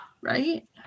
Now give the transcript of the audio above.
Right